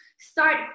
start